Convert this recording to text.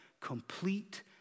complete